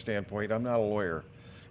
standpoint i'm not a lawyer